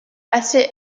assez